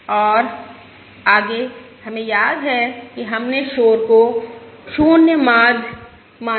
और आगे हमें याद है कि हमने शोर को 0 माध्य माना